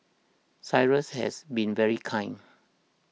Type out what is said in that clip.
Cyrus has been very kind